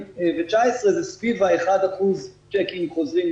זה סביב ה-1% צ'קים חוזרים,